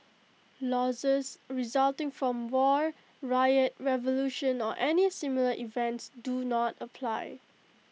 losses resulting from war riot revolution or any similar events do not apply